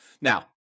Now